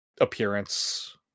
Appearance